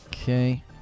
Okay